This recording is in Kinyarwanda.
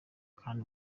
kandi